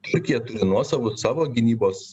turkija turi nuosavų savo gynybos